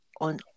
on